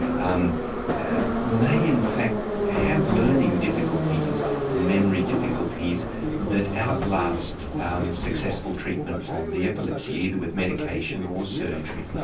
um may in fact have learning difficulties and memory difficulties that outlast successful treatment of the epilepsy either with medication or surgery.